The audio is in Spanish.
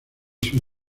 sus